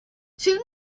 two